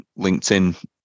LinkedIn